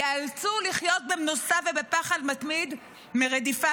ייאלצו לחיות במנוסה ובפחד מתמיד מרדיפה